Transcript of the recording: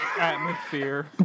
atmosphere